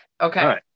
okay